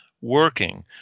working